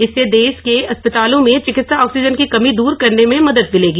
इससे देश के अस्पतालों में चिकित्सा ऑक्सीजन की कमी दूर करने में मदद मिलेगी